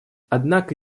однако